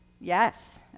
Yes